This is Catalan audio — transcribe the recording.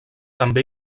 també